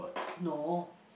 no